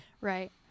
Right